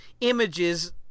images